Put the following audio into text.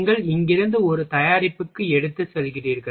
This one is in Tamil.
நீங்கள் இங்கிருந்து ஒரு தயாரிப்புக்கு எடுத்துச் செல்கிறீர்கள்